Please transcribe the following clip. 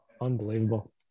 Unbelievable